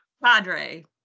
Padre